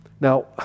Now